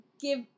give